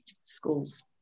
schools